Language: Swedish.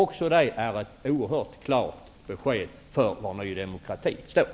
Även det är ett oerhört klart besked om var Ny demokrati står.